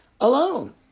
alone